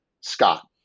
Scott